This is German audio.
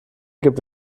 gibt